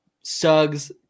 Suggs